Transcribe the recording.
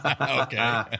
Okay